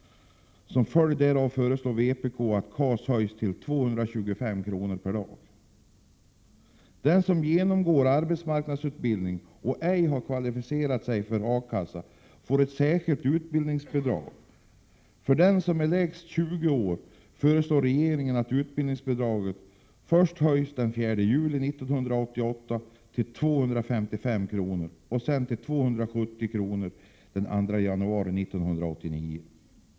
Som följd därav föreslår vpk att KAS höjs till 225 kr. per dag. De som genomgår arbetsmarknadsutbildning och ej har kvalificerat sig för A-kassa får ett särskilt utbildningsbidrag. För dem som är lägst 20 år föreslår regeringen att utbildningsbidraget höjs först den 4 juli 1988 till 255 kr. och sedan den 2 januari 1989 till 270 kr.